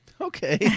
okay